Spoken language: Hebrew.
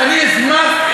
אני מנסה,